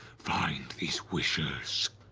find these wishers,